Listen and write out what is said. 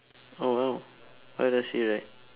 oh !wow! what does he ride